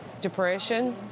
Depression